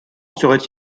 serait